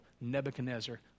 Nebuchadnezzar